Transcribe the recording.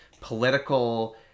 political